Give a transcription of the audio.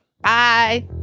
Bye